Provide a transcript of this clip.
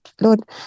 Lord